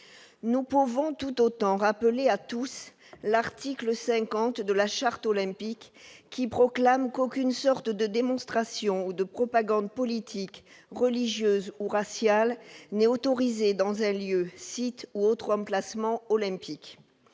non pour tout autant rappeler à tous : l'article 50 de la charte olympique qui proclame qu'aucune sorte de démonstration ou de propagande politique, religieuse ou raciale n'est autorisée dans un lieu, site ou 3 classement olympique